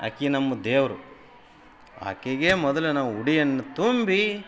ಆಕೆ ನಮ್ಮ ದೇವರು ಆಕೆಗೆ ಮೊದ್ಲು ನಾವು ಉಡಿಯನ್ನು ತುಂಬಿ